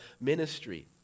ministry